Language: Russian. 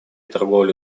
торговли